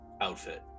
outfit